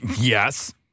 yes